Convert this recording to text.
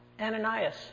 Ananias